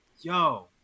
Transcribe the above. Yo